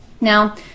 Now